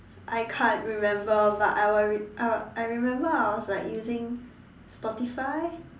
I can't remember but I was re~ I I remember I was using Spotify